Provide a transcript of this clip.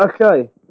Okay